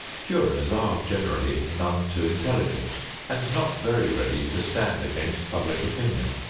jurors are generally none too intelligent and not very ready to stand against public opinion.